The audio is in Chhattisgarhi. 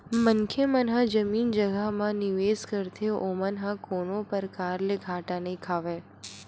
मनखे मन ह जमीन जघा म निवेस करथे ओमन ह कोनो परकार ले घाटा नइ खावय